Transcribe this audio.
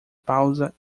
pausa